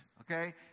okay